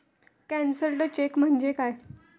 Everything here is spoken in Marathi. कॅन्सल्ड चेक म्हणजे काय?